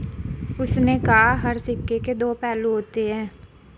उसने कहा हर सिक्के के दो पहलू होते हैं